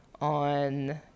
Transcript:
on